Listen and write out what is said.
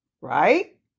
right